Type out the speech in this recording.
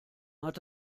hat